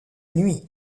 nuit